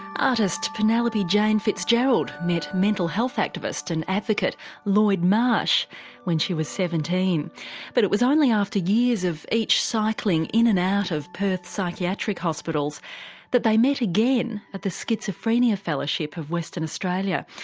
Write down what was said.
artist penelope jane fitzgerald met mental health activist and advocate lloyd marsh when she was seventeen but it was only after years of each cycling in and out of perth's psychiatric hospitals that they met again at the schizophrenia fellowship of western australia.